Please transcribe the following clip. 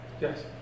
Yes